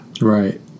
right